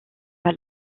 pas